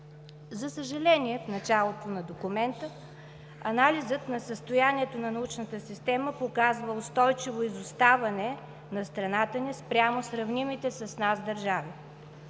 За съжаление, в началото на документа анализът на състоянието на научната система показва устойчиво изоставане на страната ни спрямо сравнимите с нас държави.